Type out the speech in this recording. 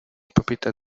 pepitas